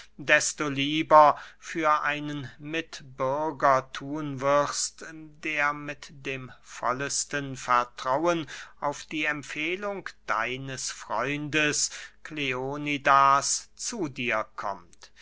desto lieber für einen mitbürger thun wirst der mit dem vollesten vertrauen auf die empfehlung deines freundes kleonidas zu dir kommt